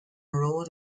road